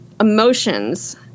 emotions